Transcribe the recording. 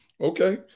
Okay